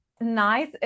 Nice